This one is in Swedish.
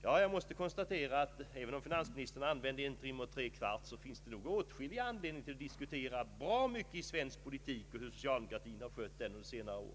Jag måste konstatera att även om finansministern använde en timme och tre kvart så finns det åtskillig anledning att diskutera bra mycket i svensk politik och hur socialdemokratin har skött den under senare år.